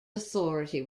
authority